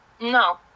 No